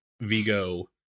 Vigo